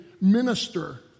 minister